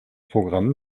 programm